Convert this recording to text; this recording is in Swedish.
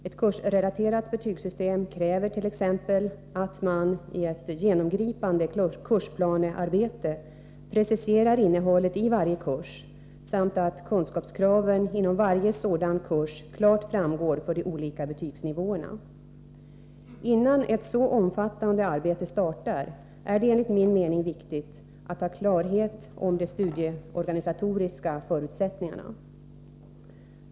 Ett kursrelate — Nr 140 rat betygssystem kräver t.ex. att man i ett genomgripande kursplanearbete Torsdagen den preciserar innehållet i varje kurs samt att kunskapskraven inom varje sådan 10 maj 1984 kurs klart framgår för de olika betygsnivåerna. Innan ett så omfattande arbete startar är det enligt min mening viktigt att ha klarhet om de Om betygssystemet studieorganisatoriska förutsättningarna.